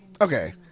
Okay